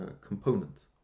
component